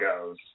goes